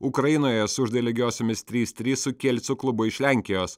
ukrainoje sužaidė lygiosiomis trys trys su kielco klubu iš lenkijos